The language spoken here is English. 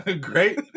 Great